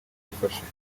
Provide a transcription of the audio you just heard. gufashanya